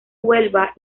huelva